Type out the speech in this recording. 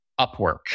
Upwork